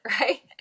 right